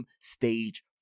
stage